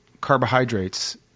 carbohydrates